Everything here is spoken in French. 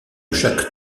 chaque